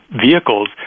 vehicles